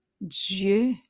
Dieu